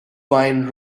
wine